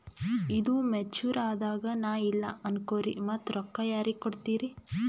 ಈದು ಮೆಚುರ್ ಅದಾಗ ನಾ ಇಲ್ಲ ಅನಕೊರಿ ಮತ್ತ ರೊಕ್ಕ ಯಾರಿಗ ಕೊಡತಿರಿ?